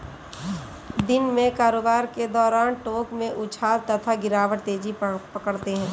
दिन में कारोबार के दौरान टोंक में उछाल तथा गिरावट तेजी पकड़ते हैं